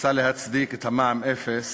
ניסה להצדיק את המע"מ אפס